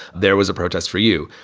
there was a protest for you.